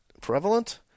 prevalent